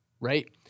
right